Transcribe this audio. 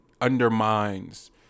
undermines